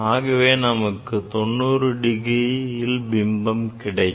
ஆகவே நமக்கு 90 டிகிரியில் பிம்பம் கிடைக்கும்